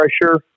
pressure